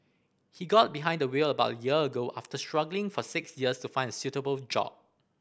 he got behind the wheel about a year ago after struggling for six years to find a suitable job